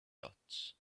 dots